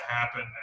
happen